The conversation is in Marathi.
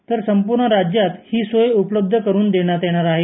तर संपूर्ण राज्यात ही सोय उपलब्ध करून देण्यात येणार आहे